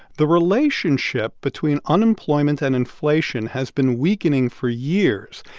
the relationship between unemployment and inflation has been weakening for years,